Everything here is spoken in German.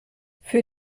für